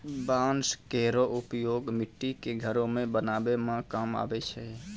बांस केरो उपयोग मट्टी क घरो बनावै म काम आवै छै